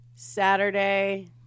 Saturday